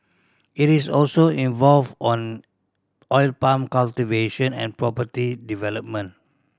it is also involved on oil palm cultivation and property development